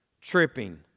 tripping